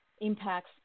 impacts